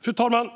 Fru talman!